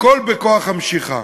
הכול בכוח המשיכה.